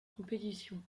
compétition